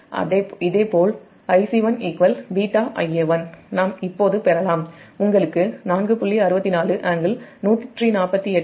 இதேபோல் Ic1 β Ia1 நாம் இப்போது பெறலாம் உங்களுக்கு 4